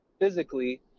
physically